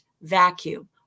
vacuum